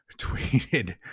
tweeted